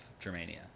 Germania